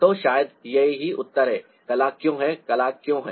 तो शायद यही उत्तर है कला क्यों है कला क्यों है